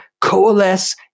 coalesce